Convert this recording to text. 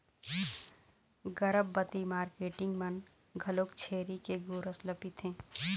गरभबती marketing मन घलोक छेरी के गोरस ल पिथें